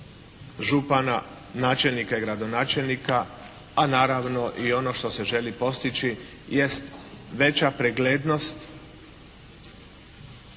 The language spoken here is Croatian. župana, načelnika i gradonačelnika, a naravno i ono što se želi postići jest veća preglednost